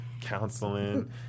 Counseling